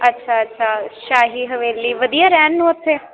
ਅੱਛਾ ਅੱਛਾ ਸ਼ਾਹੀ ਹਵੇਲੀ ਵਧੀਆ ਰਹਿਣ ਨੂੰ ਉੱਥੇ